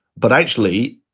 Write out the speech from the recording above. but actually,